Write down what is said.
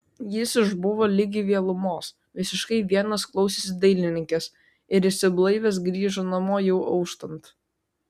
jis išbuvo ligi vėlumos visiškai vienas klausėsi dainininkės ir išsiblaivęs grįžo namo jau auštant